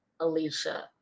Alicia